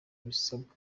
ibisabwa